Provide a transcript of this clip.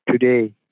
today